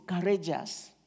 courageous